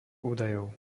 údajov